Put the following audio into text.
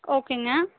ஓகேங்க